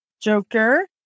Joker